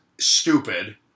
stupid